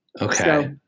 okay